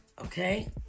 okay